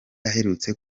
aherutse